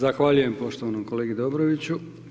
Zahvaljujem poštovanom kolegi Dobroviću.